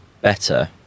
better